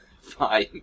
Fine